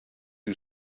who